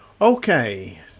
Okay